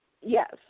Yes